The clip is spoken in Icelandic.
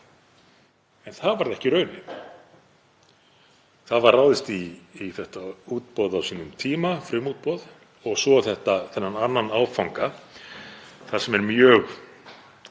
En það varð ekki raunin. Þá var ráðist í þetta útboð á sínum tíma, frumútboð og svo þennan annan áfanga þar sem er a.m.k.